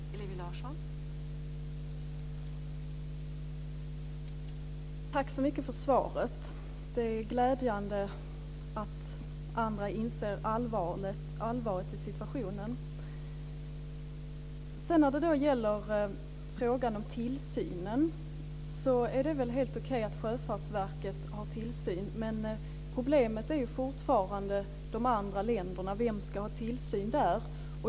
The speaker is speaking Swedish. Fru talman! Tack så mycket för svaret, miljöministern! Det är glädjande att andra inser allvaret i situationen. När det gäller frågan om tillsynen är det väl helt okej att Sjöfartsverket har tillsyn. Men problemet är fortfarande de andra länderna. Vem ska ha tillsyn där?